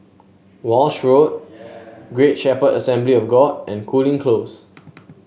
Walshe Road Great Shepherd Assembly of God and Cooling Close